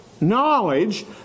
knowledge